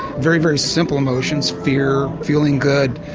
very, very simple emotions fear, feeling good,